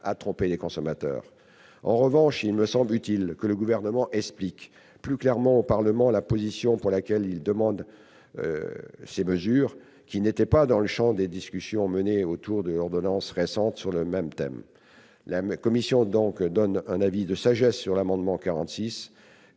à tromper les consommateurs. En revanche, il me semblerait utile que le Gouvernement explique plus clairement au Parlement la raison pour laquelle il demande l'adoption de ces mesures, qui n'entraient pas dans le champ des discussions menées autour de l'ordonnance prise récemment sur le même thème. La commission s'en remet donc à la sagesse du Sénat sur l'amendement n°